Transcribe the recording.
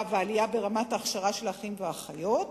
והעלייה ברמת ההכשרה של האחים והאחיות,